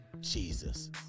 Jesus